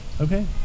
Okay